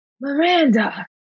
Miranda